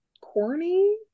corny